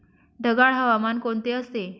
ढगाळ हवामान कोणते असते?